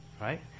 right